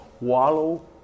Wallow